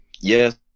Yes